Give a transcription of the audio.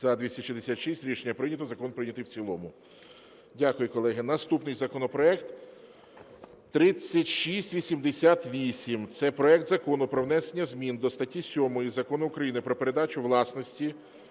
За-266 Рішення прийнято. Закон прийнятий в цілому. Дякую, колеги. Наступний законопроект – 3688. Це проект Закону про внесення зміни до статті 7 Закону України "Про передачу об'єктів